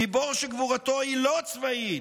גיבור / שגבורתו היא לא צבאית,